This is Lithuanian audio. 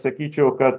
sakyčiau kad